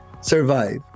survive